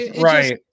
right